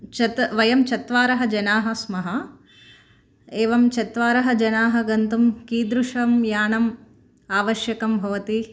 चेत् वयं चत्वारः जनाः स्मः एवं चत्वारः जनाः गन्तुं कीदृशं यानम् आवश्यकं भवति